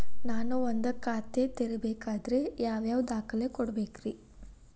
ನಾನ ಒಂದ್ ಖಾತೆ ತೆರಿಬೇಕಾದ್ರೆ ಯಾವ್ಯಾವ ದಾಖಲೆ ಕೊಡ್ಬೇಕ್ರಿ?